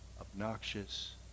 obnoxious